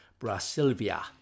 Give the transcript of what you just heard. Brasilvia